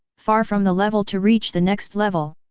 far from the level to reach the next level.